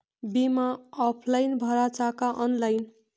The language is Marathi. बिमा ऑफलाईन भराचा का ऑनलाईन?